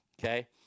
Okay